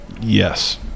Yes